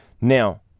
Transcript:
Now